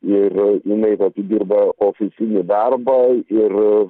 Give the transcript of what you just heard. ir jinai vat dirba ofisinį darbą ir